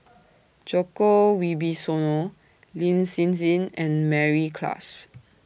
Djoko Wibisono Lin Hsin Hsin and Mary Klass